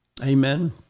Amen